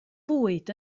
fwyd